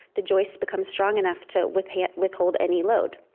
the joist becomes strong enough to withhold withhold any load.